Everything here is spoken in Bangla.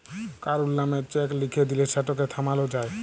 কারুর লামে চ্যাক লিখে দিঁলে সেটকে থামালো যায়